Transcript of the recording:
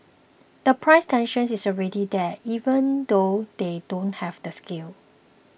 the price tension is already there even though they don't have the scale